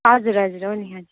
हजुर हजुर हो नि हजुर